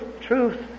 truth